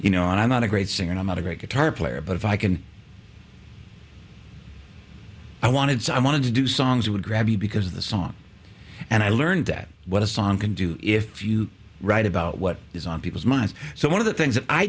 you know i'm not a great singer and i'm not a great guitar player but if i can i wanted so i wanted to do songs with gravity because of the song and i learned that what a song can do if you write about what is on people's minds so one of the things that i